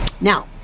Now